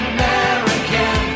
American